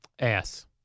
Ass